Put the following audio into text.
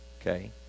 okay